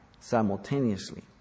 simultaneously